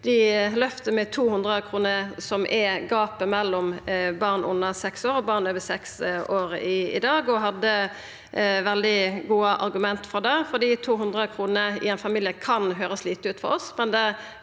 det løftet på 200 kr, som er gapet mellom barn under og barn over seks år i dag. Dei hadde veldig gode argument for det. 200 kr i ein familie kan høyrast lite ut for oss,